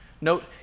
Note